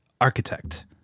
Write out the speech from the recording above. Architect